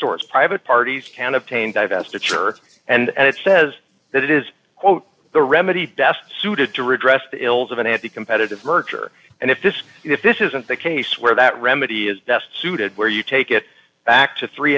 source private parties can obtain divestiture and it says that it is quote the remedy best suited to redress the ills of an add to competitive merger and if this if this isn't the case where that remedy is desk suited where you take it back to three